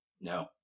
No